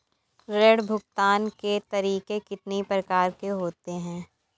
ऋण भुगतान के तरीके कितनी प्रकार के होते हैं?